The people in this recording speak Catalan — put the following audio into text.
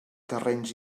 terrenys